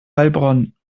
heilbronn